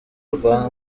rwa